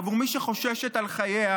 עבור מי שחוששת לחייה